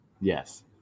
Yes